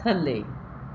ਥੱਲੇ